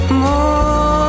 more